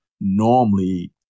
normally